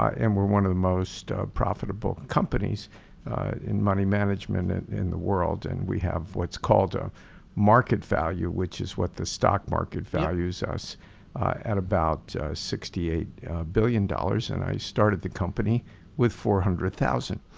and we're one of the most profitable companies in money management in the world. and we have what's called ah market value which is what the stock market values as at about sixty eight billion dollars. and i started the company with four hundred thousand